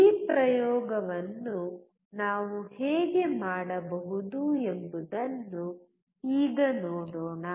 ಈ ಪ್ರಯೋಗವನ್ನು ನಾವು ಹೇಗೆ ಮಾಡಬಹುದು ಎಂಬುದನ್ನು ಈಗ ನೋಡೋಣ